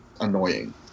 annoying